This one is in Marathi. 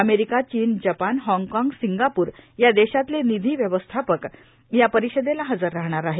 अमेरिका चीन जपान हाँगकाँग सिंगापूर या देशातले निधी व्यवस्थापक या परिषदेला हजर राहणार आहेत